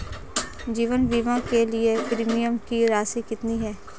जीवन बीमा के लिए प्रीमियम की राशि कितनी है?